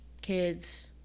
kids